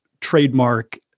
trademark